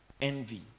envy